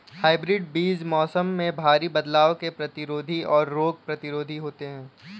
hybrid बीज मौसम में भारी बदलाव के प्रतिरोधी और रोग प्रतिरोधी होते हैं